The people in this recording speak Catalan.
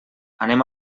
anem